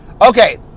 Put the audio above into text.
Okay